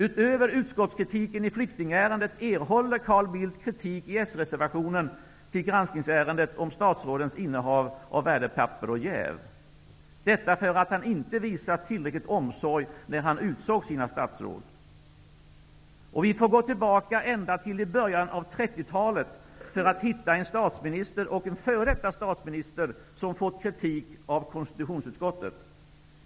Utöver utskottskritiken i flyktingärendet erhåller Carl Bildt kritik i sreservationen till granskningsärendet om statsrådens innehav av värdepapper och om jäv -- detta därför att han inte visade tillräcklig omsorg när han utsåg sina statsråd. Vi får gå tillbaka ända till i början av 1930-talet för att hitta en statsminister och en före detta statsminister som har fått kritik av konstitutionsutskottet.